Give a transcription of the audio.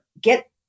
get